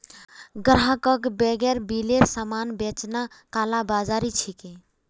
ग्राहकक बेगैर बिलेर सामान बेचना कालाबाज़ारी छिके